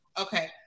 Okay